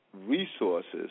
resources